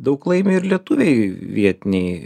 daug laimi ir lietuviai vietiniai